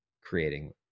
creating